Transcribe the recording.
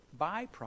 byproduct